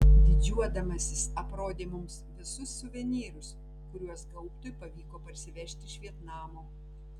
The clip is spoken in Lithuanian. didžiuodamasis aprodė mums visus suvenyrus kuriuos gaubtui pavyko parsivežti iš vietnamo